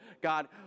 God